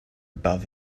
above